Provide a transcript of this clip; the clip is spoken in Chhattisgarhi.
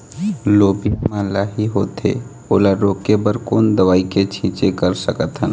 लोबिया मा लाही होथे ओला रोके बर कोन दवई के छीचें कर सकथन?